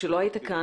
כשלא היית כאן,